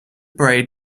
braid